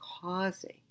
causing